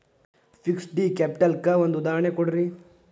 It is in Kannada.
ಫಿಕ್ಸ್ಡ್ ಕ್ಯಾಪಿಟಲ್ ಕ್ಕ ಒಂದ್ ಉದಾಹರ್ಣಿ ಕೊಡ್ರಿ